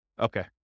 Okay